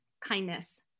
kindness